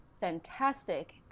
fantastic